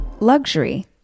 Luxury